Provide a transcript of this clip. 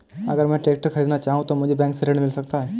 अगर मैं ट्रैक्टर खरीदना चाहूं तो मुझे बैंक से ऋण मिल सकता है?